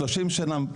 30 שנה,